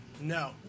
No